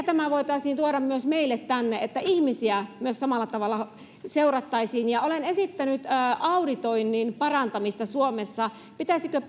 tämä voitaisiin tuoda myös tänne meille että ihmisiä myös samalla tavalla seurattaisiin olen esittänyt auditoinnin parantamista suomessa pitäisikö